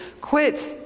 quit